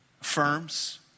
affirms